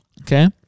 okay